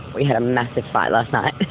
we had a massive fight last night